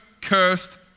cursed